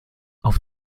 auf